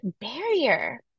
barrier